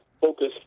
Focus